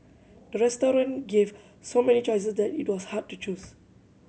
the restaurant gave so many choices that it was hard to choose